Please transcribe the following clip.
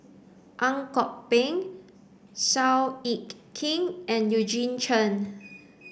Ang Kok Peng Seow Yit Kin and Eugene Chen